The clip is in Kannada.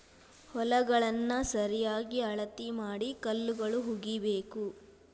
ಹೊಲಗಳನ್ನಾ ಸರಿಯಾಗಿ ಅಳತಿ ಮಾಡಿ ಕಲ್ಲುಗಳು ಹುಗಿಬೇಕು